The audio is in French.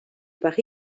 par